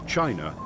China